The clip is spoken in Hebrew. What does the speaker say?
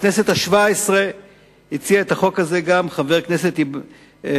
בכנסת השבע-עשרה הציע את החוק הזה גם חבר כנסת יקר,